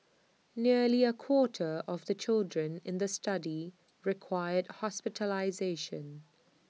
nearly A quarter of the children in the study required hospitalisation